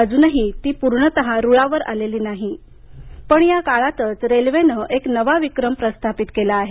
अजूनही ती पूर्णतः रुळावर आलेली नाही पण या काळातच रेल्वेनं एक नवा विक्रम प्रस्थापित केला आहे